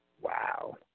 Wow